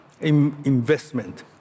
investment